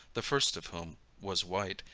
the first of whom was white,